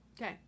Okay